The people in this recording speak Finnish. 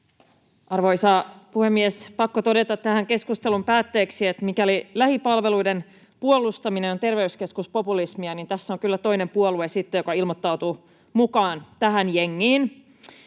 Arvoisa puhemies! Pakko todeta tähän keskustelun päätteeksi, että mikäli lähipalveluiden puolustaminen on terveyskeskuspopulismia, niin tässä on kyllä sitten toinen puolue, joka ilmoittautuu mukaan tähän jengiin.